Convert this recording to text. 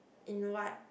in what